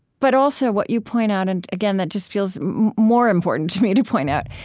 but, also what you point out, and again that just feels more important to me to point out,